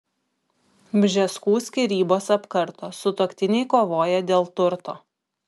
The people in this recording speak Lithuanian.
bžeskų skyrybos apkarto sutuoktiniai kovoja dėl turto